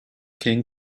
king